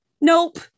nope